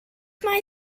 mae